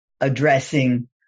addressing